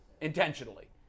intentionally